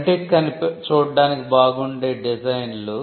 కంటికి చూడడానికి బాగుండేవి డిజైన్లు